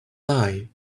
lie